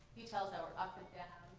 details that were up and down,